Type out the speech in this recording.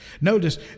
Notice